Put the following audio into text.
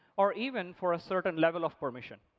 or even for a certain level of permission.